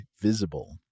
Visible